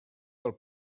del